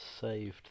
saved